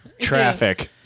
Traffic